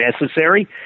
necessary